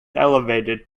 elevated